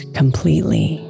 completely